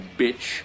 bitch